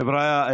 חבריא,